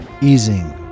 Easing